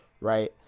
right